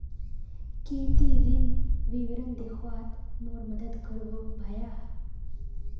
की ती ऋण विवरण दखवात मोर मदद करबो भाया